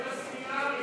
מה עם הסמינרים?